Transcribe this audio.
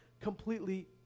completely